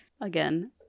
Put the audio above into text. Again